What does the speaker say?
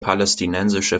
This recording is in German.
palästinensische